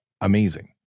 amazing